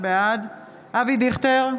בעד אבי דיכטר,